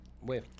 Wait